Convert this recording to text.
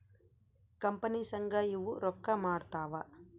company ಸಂಘ ಇವು ರೊಕ್ಕ ಮಾಡ್ತಾವ